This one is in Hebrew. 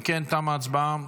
אם כן, תמה ההצבעה.